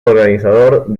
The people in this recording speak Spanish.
organizador